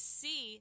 see